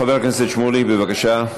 חבר הכנסת שמולי, בבקשה.